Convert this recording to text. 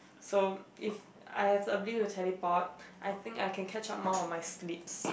so if I have the ability to teleport I think I can catch up more on my sleeps